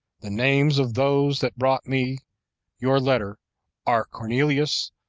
the names of those that brought me your letter are cornelius,